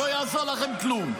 לא יעזור לכם כלום.